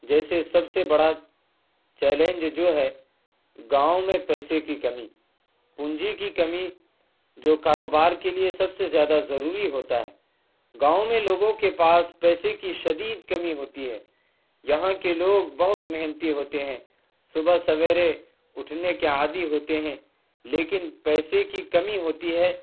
جیسے سب سے بڑا چیلنج جو ہے گاؤں میں پیسے کی کمی پونجی کی کمی جو کاروبار کے لیے سب سے زیادہ ضروری ہوتا ہے گاؤں میں لوگوں کے پاس پیسے کی شدید کمی ہوتی ہے یہاں کے لوگ بہت محنتی ہوتے ہیں صبح سویرے اٹھنے کے عادی ہوتے ہیں لیکن پیسے کی کمی ہوتی ہے